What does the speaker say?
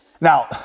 Now